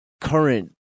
current